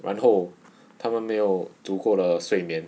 然后他们没有足够的睡眠